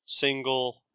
single